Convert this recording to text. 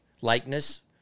likeness